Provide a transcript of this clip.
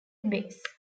base